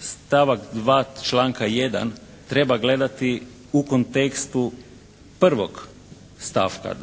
stavak 2. članka 1. treba gledati u kontekstu 1. stavka